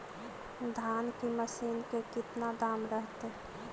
धान की मशीन के कितना दाम रहतय?